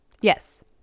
Yes